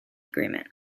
agreement